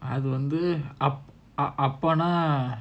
அதுவந்துஅப்பஅப்பனா:adhu vandhu apa apannaa